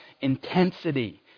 intensity